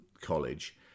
college